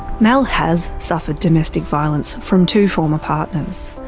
mel has suffered domestic violence from two former partners.